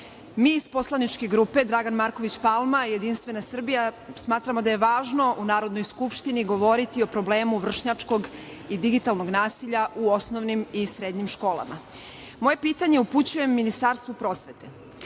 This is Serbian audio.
iz poslaničke grupe Dragan Marković Palma „Jedinstvena Srbija“ smatramo da je važno u Narodnoj skupštini govoriti o problemu vršnjačkog i digitalnog nasilja u osnovnim i srednjim školama. Moje pitanje upućujem Ministarstvu prosvete